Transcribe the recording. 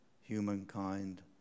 humankind